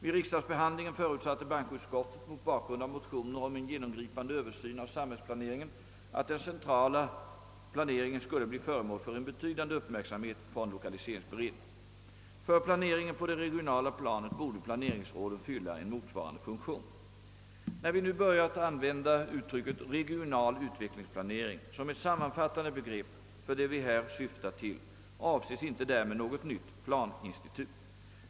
Vid riksdagsbehandlingen förutsatte bankoutskottet, mot bakgrund av motioner om en genomgripande översyn av samhällsplaneringen, att den centrala planeringen skulle bli föremål för en betydande uppmärksamhet från = lokaliseringsberedningen. För planeringen på det regionala planet borde planeringsråden fylla en motsvarande funktion. När vi nu börjat använda uttrycket regional utvecklingsplanering som ett sammanfattande begrepp för det vi här syftar till avses inte därmed något nytt planinstitut.